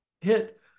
hit